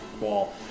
wall